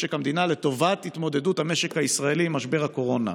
משק המדינה לטובת התמודדות המשק הישראלי עם משבר הקורונה.